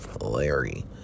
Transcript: Larry